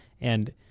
And-